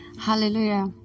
Hallelujah